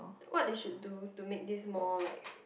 what they should do to make this more like